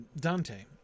Dante